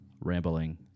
rambling